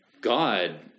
God